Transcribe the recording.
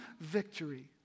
victory